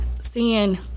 seeing